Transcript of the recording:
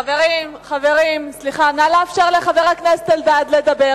חברים, נא לאפשר לחבר הכנסת אלדד לדבר.